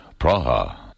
Praha